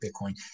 Bitcoin